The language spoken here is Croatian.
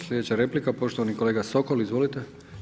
Sljedeća replika poštovani kolega Sokol, izvolite.